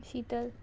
Shital